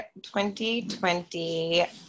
2020